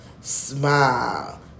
smile